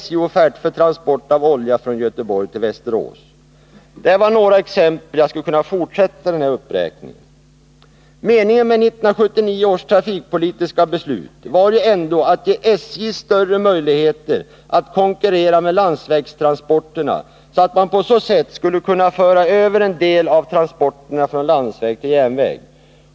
Meningen med 1979 års trafikpolitiska beslut var att ge SJ större möjligheter att konkurrera med landsvägstransporterna, så att man på så sätt skulle kunna föra över en del av transporterna från landsväg till järnväg.